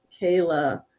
Kayla